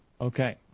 okay